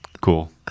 cool